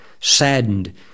saddened